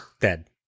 dead